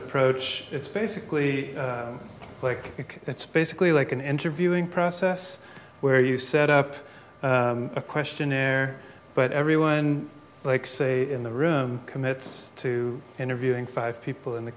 approach it's basically like it's basically like an interviewing process where you set up a questionnaire but everyone likes a in the room commits to interviewing five people in the